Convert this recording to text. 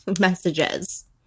messages